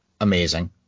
amazing